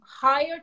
higher